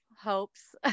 hopes